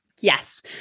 Yes